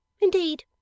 indeed